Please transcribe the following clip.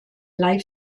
live